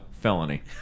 felony